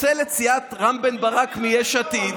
לפצל את סיעת רם בן ברק מיש עתיד?